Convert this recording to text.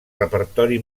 repertori